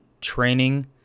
training